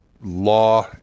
law